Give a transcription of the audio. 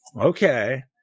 Okay